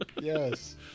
Yes